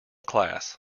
class